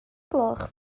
gloch